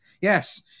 Yes